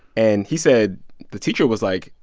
and he said the teacher was like,